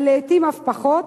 ולעתים אף פחות,